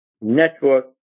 network